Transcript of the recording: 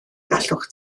gallwch